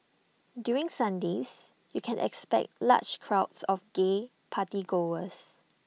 during Sundays you can expect large crowds of gay party goers